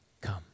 come